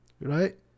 Right